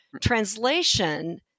translation